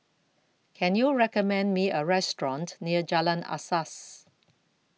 Can YOU recommend Me A Restaurant near Jalan Asas